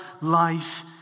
life